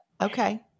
Okay